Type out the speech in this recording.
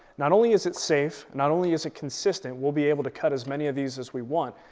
not only is it safe, not only is it consistent, we'll be able to cut as many of these as we want,